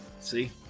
See